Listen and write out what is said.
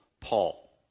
Paul